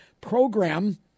program